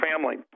family